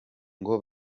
ngo